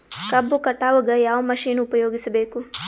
ಕಬ್ಬು ಕಟಾವಗ ಯಾವ ಮಷಿನ್ ಉಪಯೋಗಿಸಬೇಕು?